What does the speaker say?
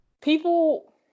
People